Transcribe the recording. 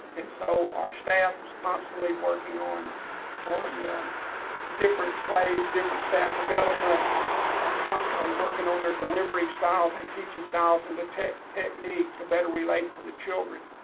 and so our staff is constantly working on on um different ways, different staff development, i'm ah constantly working on their delivery styles, and teaching styles, in the technique technique to better relate to the children.